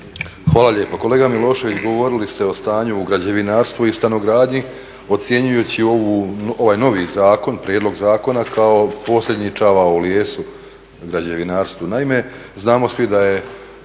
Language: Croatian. Hvala lijepo. Kolega Milošević, govorili ste o stanju u građevinarstvu i stanogradnju ocjenjujući ovaj novi zakon, prijedlog zakona kao posljednji čavao u lijesu građevinarstvu. Naime, znamo svi da je